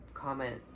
comment